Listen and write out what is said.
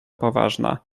poważna